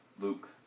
Luke